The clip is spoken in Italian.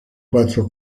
quattro